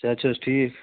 صحت چھِ حظ ٹھیٖک